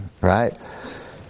right